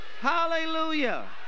Hallelujah